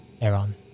Aaron